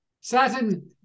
Saturn